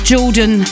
Jordan